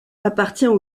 appartient